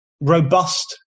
robust